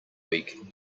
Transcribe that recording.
week